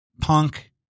punk